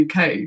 UK